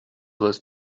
was